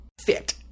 fit